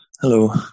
Hello